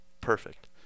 perfect